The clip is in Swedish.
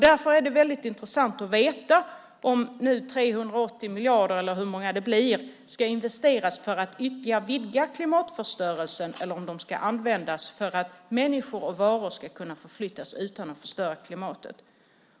Därför är det väldigt intressant att veta om 380 miljarder, eller hur många det blir, ska investeras för att ytterligare vidga klimatförstörelsen eller om de ska användas för att människor och varor ska kunna förflyttas utan att förstöra klimatet.